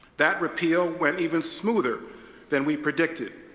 that repeal went even smoother than we predicted,